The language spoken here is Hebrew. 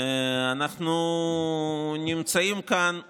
אנחנו נמצאים כאן באירוע,